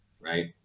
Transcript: Right